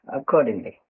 accordingly